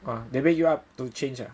!wah! they wake you up to change ah